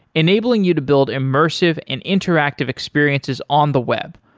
enabling you to build immersive and interactive experiences on the web,